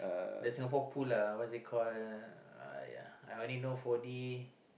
the Singapore Pool lah what is it call !aiya! I only know four D